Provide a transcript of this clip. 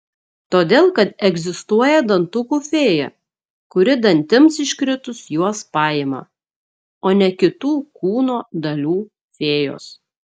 todėl kad egzistuoja dantukų fėja kuri dantims iškritus juos paima o ne kitų kūno dalių fėjos